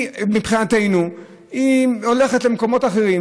מבחינתנו היא הולכת למקומות אחרים,